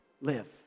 live